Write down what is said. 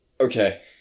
okay